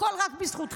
הכול רק בזכותכם.